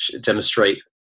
demonstrate